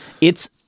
It's-